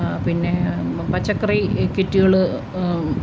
പിന്നെ പച്ചക്കറി കിറ്റുകള്